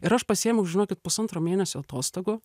ir aš pasiėmiau žinokit pusantro mėnesio atostogų